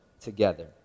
together